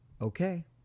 okay